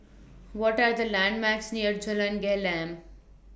What Are The landmarks near Jalan Gelam